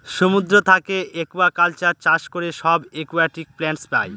সমুদ্র থাকে একুয়াকালচার চাষ করে সব একুয়াটিক প্লান্টস পাই